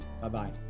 bye-bye